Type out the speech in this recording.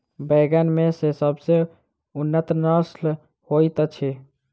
बैंगन मे केँ सबसँ उन्नत नस्ल होइत अछि?